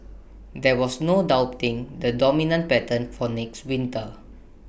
there was no doubting the dominant pattern for next winter